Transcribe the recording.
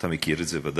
אתה מכיר את זה ודאי,